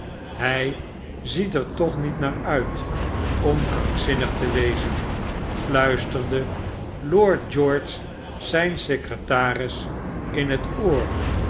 hij ziet er toch nietnaar uit om krankzinnig te wezen fluisterde lord george zijn secretaris in het oor